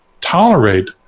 tolerate